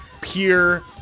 Pure